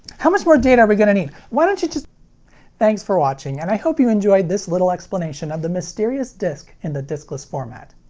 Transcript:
how much more data are we gonna need? why don't you just thanks for watching, and i hope you enjoyed this little explanation of the mysterious disc in the discless format.